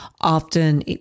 often